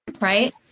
right